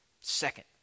Second